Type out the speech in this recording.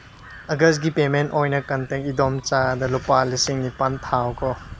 ꯑꯒꯁꯀꯤ payment ꯑꯣꯏꯅ contact ꯏꯟꯗꯣꯝꯆꯥꯗ ꯂꯨꯄꯥ ꯂꯤꯁꯤꯡ ꯅꯤꯄꯥꯟ ꯊꯥꯈꯣ